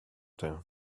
down